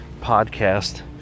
podcast